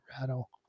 rattle